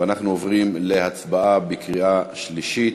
אנחנו עוברים להצבעה בקריאה שלישית.